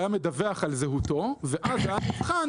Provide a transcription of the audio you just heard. היה מדווח על זהותו ואז היה מבחן.